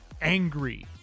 angry